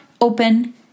open